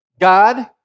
God